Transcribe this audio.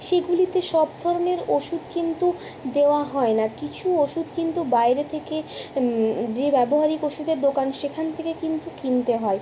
সেগুলিতে সব ধরনের ওষুধ কিন্তু দেওয়া হয় না কিছু ওষুধ কিন্তু বাইরে থেকে যে ব্যবহারিক ওষুধের দোকান সেখান থেকে কিন্তু কিনতে হয়